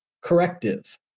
corrective